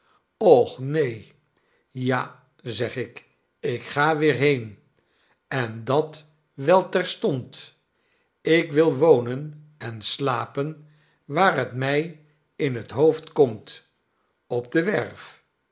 och neen ja zeg ik ik ga weer heen en dat wel terstond ik wil wonen en slapen waar het mij in het hoofd komt op de werf